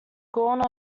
gone